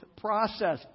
process